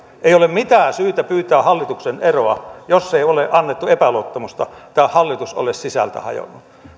ei ole mitään syytä pyytää hallituksen eroa jos ei ole annettu epäluottamusta tai hallitus ole sisältä hajonnut